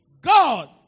God